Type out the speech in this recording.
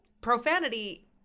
profanity